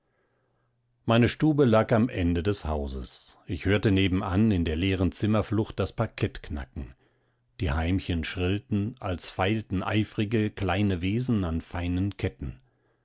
meine stube lag am ende des hauses ich hörte nebenan in der leeren zimmerflucht das parkett knacken die heimchen schrillten als feilten eifrige kleine wesen an feinen ketten